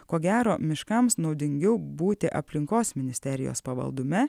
ko gero miškams naudingiau būti aplinkos ministerijos pavaldume